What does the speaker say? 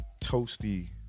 toasty